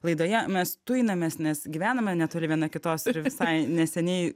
laidoje mes tujinamės nes gyvename netoli viena kitos ir visai neseniai